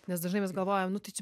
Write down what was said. nes dažnai vis galvojam nu tai čia